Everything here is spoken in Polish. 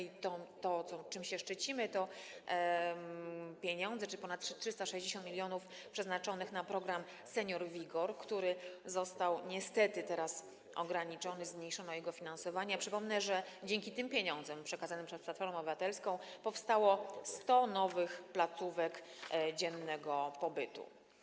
I to, czym się szczycimy, to pieniądze, czyli ponad 360 mln przeznaczonych na program „Senior-WIGOR”, który teraz został niestety ograniczony, zmniejszono jego finansowanie, a przypomnę, że dzięki tym pieniądzom przekazanym przez Platformę Obywatelską powstało 100 nowych placówek dziennego pobytu.